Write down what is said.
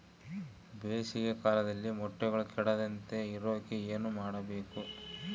ಬೇಸಿಗೆ ಕಾಲದಲ್ಲಿ ಮೊಟ್ಟೆಗಳು ಕೆಡದಂಗೆ ಇರೋಕೆ ಏನು ಮಾಡಬೇಕು?